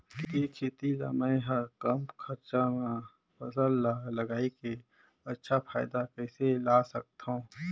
के खेती ला मै ह कम खरचा मा फसल ला लगई के अच्छा फायदा कइसे ला सकथव?